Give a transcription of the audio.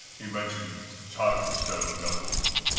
he mentioned titanstone knuckles.